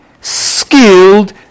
skilled